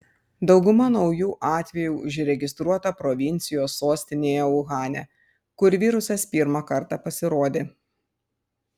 dauguma naujų atvejų užregistruota provincijos sostinėje uhane kur virusas pirmą kartą pasirodė